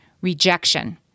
rejection